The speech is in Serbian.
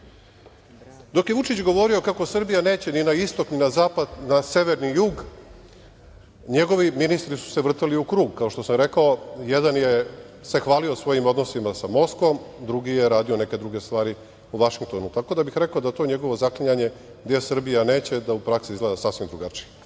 je Vučić govorio kako Srbija neće ni na istok ni na zapad, na sever, ni jug, njegovi ministri su se vrteli ukrug. Kao što sam rekao, jedan se hvalio svojim odnosima sa Moskvom, drugi je radio neke druge stvari u Vašingtonu. Tako da bih rekao da to njegovo zaklinjanje gde Srbija neće, da u praksi izgleda sasvim drugačije. Par